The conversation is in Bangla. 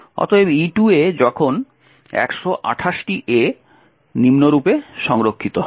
অতএব E2 এ এখন 128 টি A নিম্নরূপে সংরক্ষিত হয়